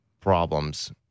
problems